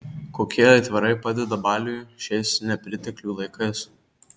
kokie aitvarai padeda baliui šiais nepriteklių laikais